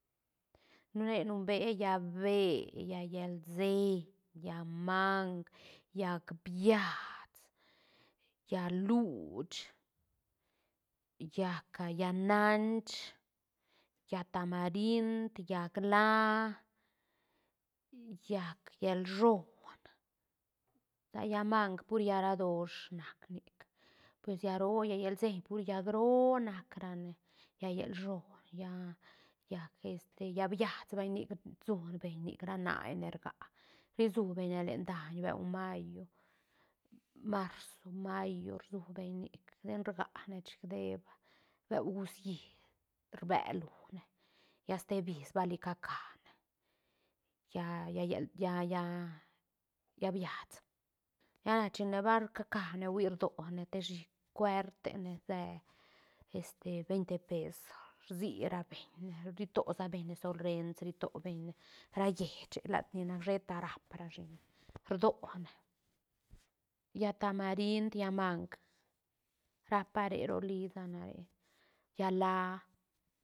Na re numbea llaä beë llallal seiñ llaä maang, llaäc biats, llaä luuch, llaäc a llaä naach, llaä tamarind, llaäc laä, llaäc llalshón, sa llaá mang pur llaä ra doosh nac nic pues llaä roo llallal seiñ pur llaäc roo nac rane llallal shón lla- llaäg este llaä biats bay nic rsu beñ nic ra naene rgac ri su beñne len daiñ beu mayo, marzo, mayo rsu beñ nic ten rgaac ne chic deeb beu gucií rbe lune lla ste bis bali ca ca ne llaä llellel- lla- lla- llaä biats lla na china bar ca ca ne uí rdone te shic cuertene see este veinte pes rsi ra beñne ri to sa beñne sol reens ri to beñne ra lleiche lat ni nac sheta rap ra shine rdone llaä tamarind llaä mang ra pa re ro lisa na re llaä laä